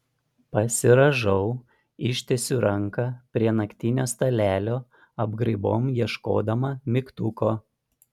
pasirąžau ištiesiu ranką prie naktinio stalelio apgraibom ieškodama mygtuko